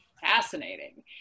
fascinating